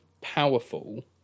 powerful